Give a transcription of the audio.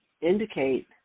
indicate